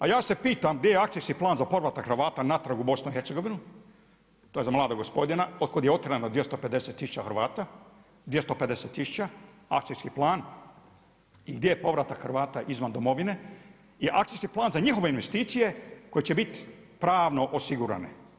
A ja se pitam gdje je akcijski plan za povratak Hrvata natrag u BIH, to je za mladog gospodina, od kud je otjerano 25000 Hrvata, 25000, akcijski plan i gdje je povratak Hrvata izvan domovine je akcijski plan za njihove investicije, koje će biti pravno osigurane.